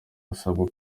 basabwa